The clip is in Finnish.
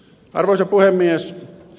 arvoisa puhemies